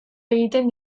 egiten